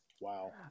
Wow